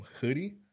Hoodie